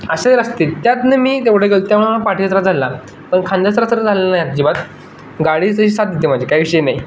असे रस्ते आहेत त्यातनं मी तेवढं गेलो त्यामुळं मला पाठीचा त्रास झालेला पण खांद्याचा त्रास तर झालं नाही अजिबात गाडी अशी साथ देते माझी काही विषय नाही